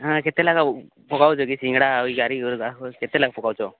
ହାଁ କେତେ ଲେଖା ପକାଉଛ କି ସିଙ୍ଗଡ଼ା ଆଉ କେତେ ଲେଖା ପକଉଛ